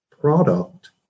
product